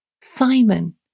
Simon